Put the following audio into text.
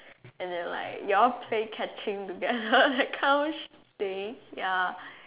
and then like y'all play catching together that kind of shit thing ya